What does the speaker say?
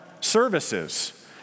services